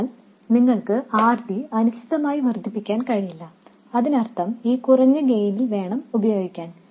അതിനാൽ നിങ്ങൾക്ക് RD അനിശ്ചിതമായി വർദ്ധിപ്പിക്കാൻ കഴിയില്ല അതിനർത്ഥം ഈ കുറഞ്ഞ ഗെയിനിൽ വേണം ഉപയോഗിക്കാൻ